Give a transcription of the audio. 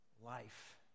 life